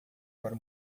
para